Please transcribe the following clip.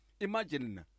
imagine